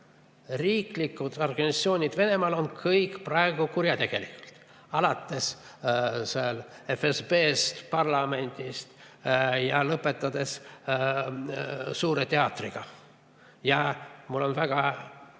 Riiklikud organisatsioonid Venemaal on kõik praegu kuritegelikud, alates seal FSB‑st, parlamendist ja lõpetades Suure Teatriga. Ja mul on väga